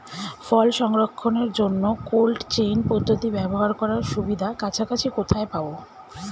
ফল সংরক্ষণের জন্য cold chain পদ্ধতি ব্যবহার করার সুবিধা কাছাকাছি কোথায় পাবো?